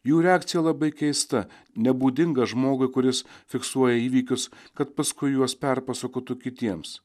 jų reakcija labai keista nebūdinga žmogui kuris fiksuoja įvykius kad paskui juos perpasakotų kitiems